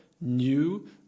new